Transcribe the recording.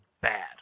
bad